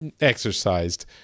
exercised